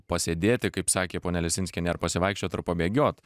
pasėdėti kaip sakė ponia lesinskienė ar pasivaikščiot ar pabėgiot